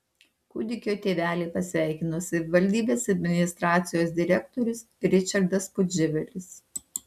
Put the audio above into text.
kūdikio tėvelį pasveikino savivaldybės administracijos direktorius ričardas pudževelis